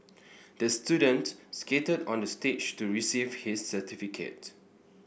the student skated onto the stage to receive his certificate